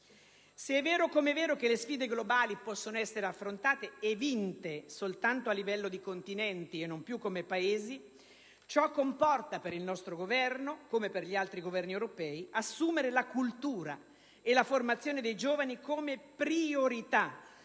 Se è vero com'è vero che le sfide globali possono essere affrontate, e vinte, soltanto a livello di continenti e non più come Paesi, ciò comporta per il nostro Governo, come per gli altri Governi europei, l'obbligo di assumere la cultura e la formazione dei giovani come priorità